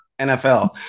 NFL